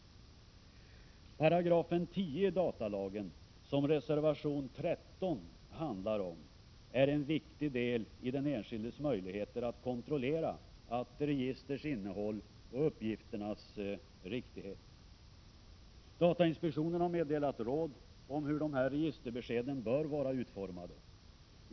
10 § i datalagen, som reservation 13 handlar om, är en viktig del i den enskildes möjligheter att kontrollera ett registers innehåll och uppgifternas riktighet. Datainspektionen har meddelat råd om hur dessa registerbesked bör vara utformade.